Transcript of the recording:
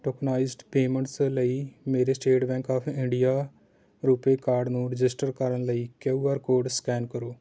tokenized payments ਲਈ ਮੇਰੇ State Bank of India RuPay card ਨੂੰ ਰਜਿਸਟਰ ਕਰਨ ਲਈ ਕਯੂ ਆਰ ਕੋਡ ਸਕੈਨ ਕਰੋ